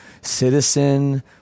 Citizen